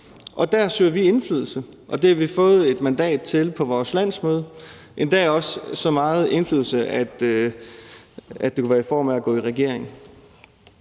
og der søger vi indflydelse, og det har vi fået et mandat til på vores landsmøde, endda også så meget indflydelse, at det kunne være i form af at gå i regering.